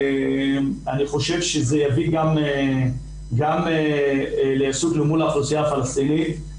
אני חושב שזה יביא גם לעיסוק אל מול האוכלוסייה הפלסטינית,